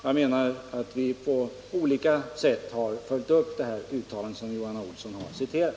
Jag menar att vi på olika sätt har följt upp det här uttalandet som Johan Olsson har citerat.